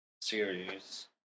series